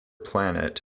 planet